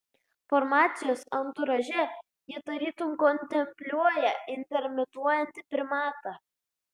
formacijos anturaže ji tarytum kontempliuoja intermituojantį primatą